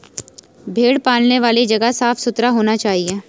भेड़ पालने वाली जगह साफ सुथरा होना चाहिए